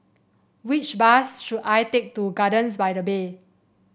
which bus should I take to Gardens by the Bay